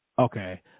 Okay